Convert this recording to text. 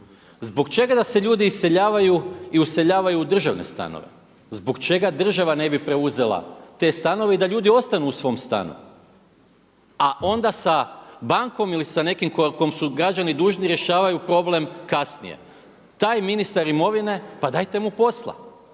Zbog čega da se ljudi iseljavaju i useljavaju u državne stanove? Zbog čega država ne bi preuzela te stanove i da ljudi ostanu u svom stanu, a onda sa bankom ili sa nekim kom su građani dužni rješavaju problem kasnije. Taj ministar imovine, pa dajte mu posla.